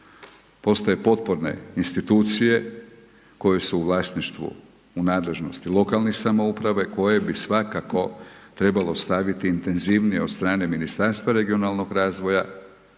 postoje potporne institucije koje su u vlasništvu, u nadležnosti lokalnih samouprave koje bi svakako trebalo staviti intenzivnije od strane Ministarstva regionalnoga razvoja